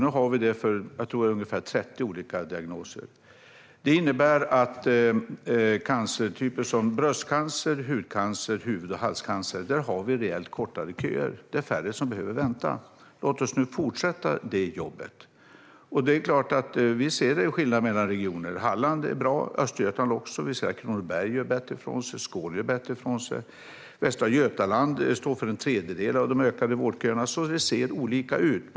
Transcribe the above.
Nu har vi detta för, tror jag, ungefär 30 olika diagnoser. Detta innebär att vi har rejält kortare köer för cancertyper som bröst, hud, huvud och halscancer. Det är färre som behöver vänta. Låt oss nu fortsätta det jobbet. Det är klart att vi ser en skillnad mellan regioner. Halland är bra, liksom Östergötland. Vi ser att Kronoberg och Skåne gör bättre ifrån sig. Västra Götaland står för en tredjedel av de ökade vårdköerna. Det ser alltså olika ut.